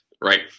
right